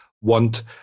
want